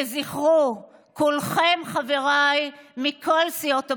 וזכרו: כולכם, חבריי מכל סיעות הבית,